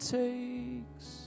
takes